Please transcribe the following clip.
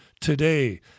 today